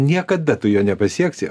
niekada tu jo nepasieksi